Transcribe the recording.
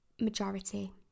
majority